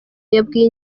yabwiye